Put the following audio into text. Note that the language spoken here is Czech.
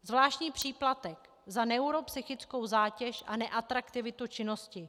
Zvláštní příplatek za neuropsychickou zátěž a neatraktivitu činnosti.